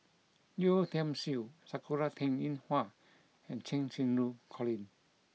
Yeo Tiam Siew Sakura Teng Ying Hua and Cheng Xinru Colin